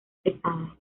pesada